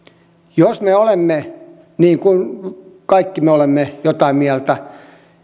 jos me olemme niin kuin kaikki me olemme jotain mieltä